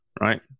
right